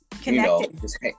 Connected